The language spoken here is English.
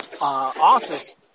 office